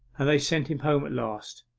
and they sent him home at last.